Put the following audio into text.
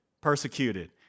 persecuted